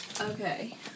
Okay